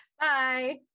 bye